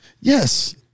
Yes